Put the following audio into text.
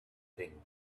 thing